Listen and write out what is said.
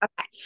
okay